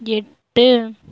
எட்டு